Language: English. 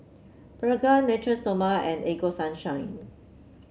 Pregain Natura Stoma and Ego Sunshine